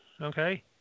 okay